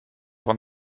van